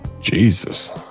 Jesus